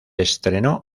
estrenó